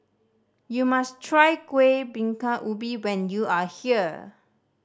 you must try Kuih Bingka Ubi when you are here